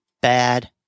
bad